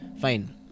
fine